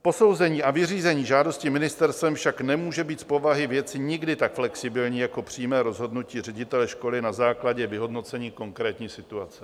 Posouzení a vyřízení žádosti ministerstvem však nemůže být z povahy věci nikdy tak flexibilní jako přímé rozhodnutí ředitele školy na základě vyhodnocení konkrétní situace.